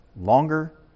longer